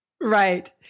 Right